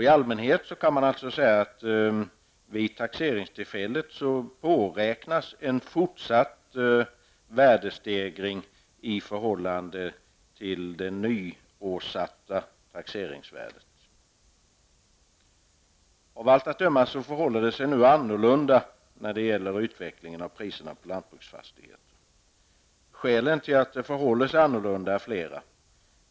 I allmänhet kan man alltså säga att det vid taxeringstillfället påräknas en fortsatt värdestegring i förhållande till det nyåsatta taxeringsvärdet. Det förhåller sig av allt döma annorlunda när det gäller utvecklingen av priserna på lantbruksfastigheter. Skälen till detta är flera.